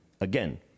Again